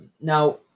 Now